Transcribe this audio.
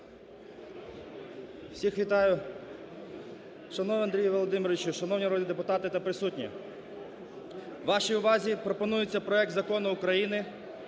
Всіх вітаю! Шановний Андрію Володимировичу! Шановні народні депутати та присутні! Вашій увазі пропонується проект Закону України